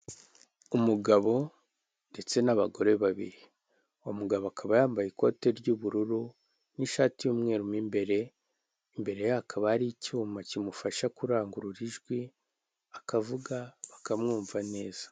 Umugabo ndetse n'abagore babiri. Uwo mugabo akaba yambaye ikote ry'ubururu n'ishati y'umweru mu imbere, imbere ye hakaba hari icyuma kimufasha kurangurura ijwi akavuga bakamwumva neza.